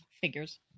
Figures